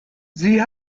sie